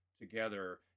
together